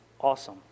awesome